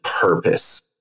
purpose